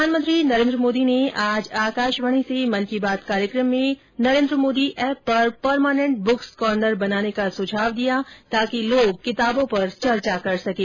प्रधानमंत्री नरेन्द्र मोदी ने आज आकाशवाणी से मन की बात कार्यक्रम में नरेन्द्र मोदी एप पर परमानेंट ब्रुक्स कॉर्नर बनाने का सुझाव दिया ताकि लोग किताबों पर चर्चा कर सकें